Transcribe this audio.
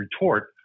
retort